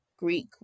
Greek